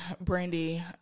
brandy